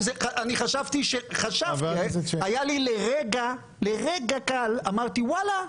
חשבתי, היה לי לרגע, לרגע קל, אמרתי: וואלה,